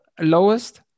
lowest